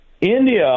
India